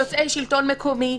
יוצאי השלטון המקומי,